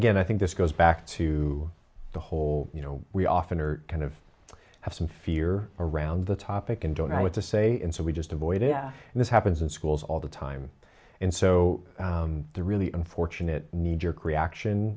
again i think this goes back to the whole you know we often are kind of have some fear around the topic and don't know what to say and so we just avoid it and this happens in schools all the time and so the really unfortunate kneejerk reaction